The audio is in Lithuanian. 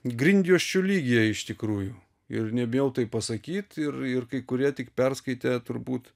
grindjuosčių lygyje iš tikrųjų ir nebijau tai pasakyt ir ir kai kurie tik perskaitę turbūt